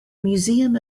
museum